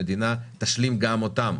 המדינה תשלים גם אותם.